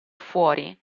fuori